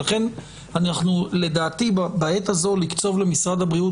ולכן אנחנו לדעתי בעת הזאת לקצוב למשרד הבריאות